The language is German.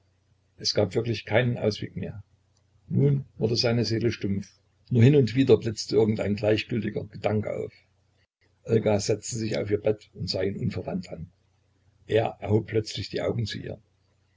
es gab wirklich keinen ausweg mehr nun wurde seine seele stumpf nur hin und wieder blitzte irgend ein gleichgültiger gedanke auf olga setzte sich auf ihr bett und sah ihn unverwandt an er erhob plötzlich die augen zu ihr